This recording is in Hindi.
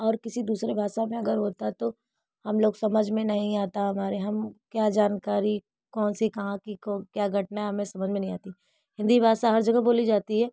और किसी दूसरे भाषा में अगर होता तो हम लोग समझ में नहीं आता हमारे हम क्या जानकारी कौन सी कहाँ की कब क्या घटना हमें समझ में नहीं आती हिन्दी भाषा हर जगह बोली जाती है